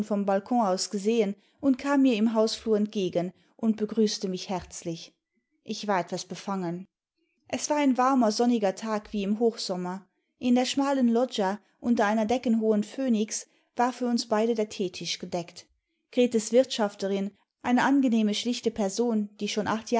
vom balkon aus gesehen imd kam mir im hausflur entgegen und begrüßte mich herzlich ich war etwas befangen es war ein warmer sonniger tag wie im hochsommer in der schmalen loggia unter einer deckenhohen phönix war für uns beide der teetisch gedeckt gretes wirtschafterin eine angendime schlichte person die schon